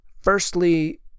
firstly